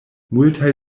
multaj